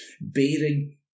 Bearing